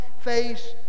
face